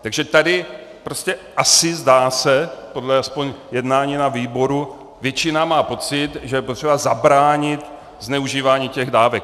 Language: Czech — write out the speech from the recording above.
Takže tady prostě asi, zdá se, podle aspoň jednání na výboru, většina má pocit, že je potřeba zabránit zneužívání těch dávek.